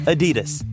Adidas